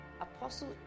Apostle